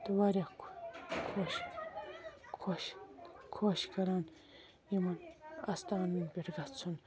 تہٕ واریاہ خۄ خۄش خۄش خۄش کَران یِم اَستانَن پٮ۪ٹھ گَژھُن